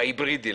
בהיברידי.